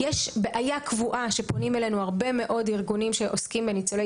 יש בעיה קבועה שהרבה מאוד ארגונים שעוסקים בניצולי